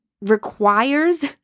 requires